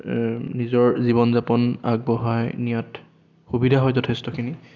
নিজৰ জীৱন যাপন আগবঢ়াই নিয়াত সুবিধা হয় যথেষ্টখিনি